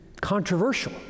controversial